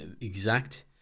exact